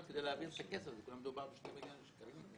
כדי להבין שמדובר ב-2 מיליון שקלים.